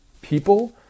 people